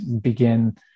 begin